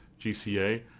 GCA